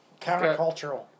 Countercultural